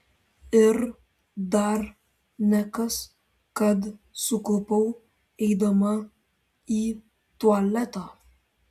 ir dar nekas kad suklupau eidama į tualetą